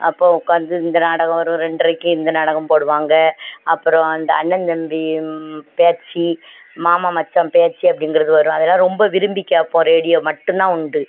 அப்போ உட்காந்து இந்த நாடகம் ஒரு ரெண்டரைக்கு இந்த நாடகம் போடுவாங்க அப்புறம் அந்த அண்ணன் தம்பியும் பேச்சு மாமன் மச்சான் பேச்சு அப்படிங்குறது வரும் அதெல்லாம் ரொம்ப விரும்பிக் கேட்போம் ரேடியோ மட்டும்தான் உண்டு